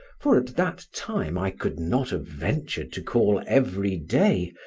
for at that time i could not have ventured to call every day,